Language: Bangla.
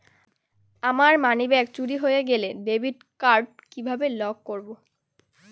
আমার মানিব্যাগ চুরি হয়ে গেলে ডেবিট কার্ড কিভাবে লক করব?